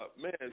Man